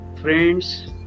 friends